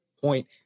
point